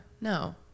No